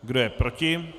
Kdo je proti?